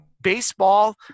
baseball